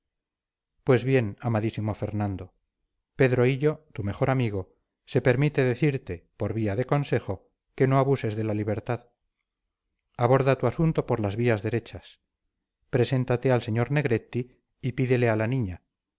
pues bien amadísimo fernando pedro hillo tu mejor amigo se permite decirte por vía de consejo que no abuses de la libertad aborda tu asunto por las vías derechas preséntate al sr negretti y pídele a la niña